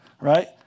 right